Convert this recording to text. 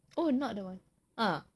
oh no th~ uh